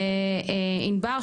וענבר,